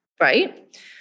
Right